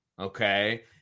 okay